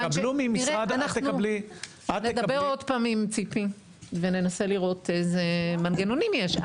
תראה אנחנו נדבר עוד פעם עם ציפי וננסה לראות איזה מנגנונים יש.